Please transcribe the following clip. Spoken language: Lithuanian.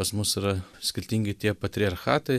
pas mus yra skirtingi tie patriarchatai